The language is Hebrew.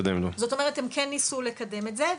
זאת אומרת שהם כן ניסוי לקדם את זה,